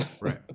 Right